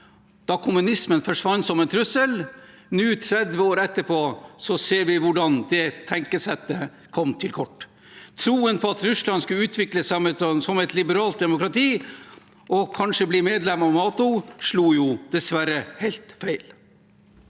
da kommunismen forsvant som en trussel. Nå – 30 år etterpå – ser vi at det tankesettet kom til kort. Troen på at Russland skulle utvikle seg som et liberalt demokrati og kanskje bli medlem av NATO, slo dessverre helt feil.